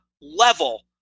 level